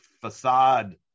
facade